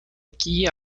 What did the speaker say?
aquí